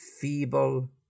feeble